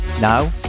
Now